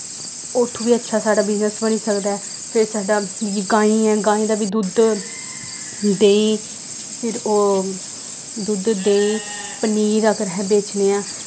उत्थूं बी अच्छा साढ़ा बिज़नस बनी सकदा ऐ फिर साड्डा गाईं गाईं दा बी दुद्ध देहीं फिर ओह् दुद्ध देहीं पनीर अगर अस बेचने आं